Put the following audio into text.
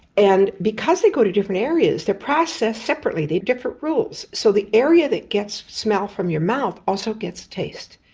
and because they go to different areas they are processed separately, they have different rules. so the area that gets smell from your mouth also gets taste.